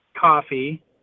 Coffee